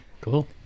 Cool